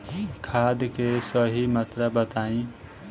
खाद के सही मात्रा बताई?